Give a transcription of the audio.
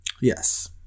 Yes